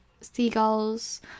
Seagulls